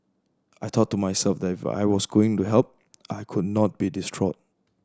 I thought to myself that if I was going to help I could not be distraught